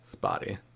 body